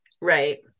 Right